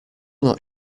not